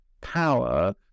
power